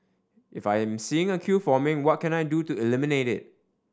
if I'm seeing a queue forming what can I do to eliminate it